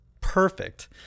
perfect